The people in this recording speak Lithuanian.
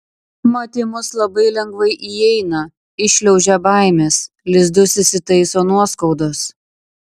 mat į mus labai lengvai įeina įšliaužia baimės lizdus įsitaiso nuoskaudos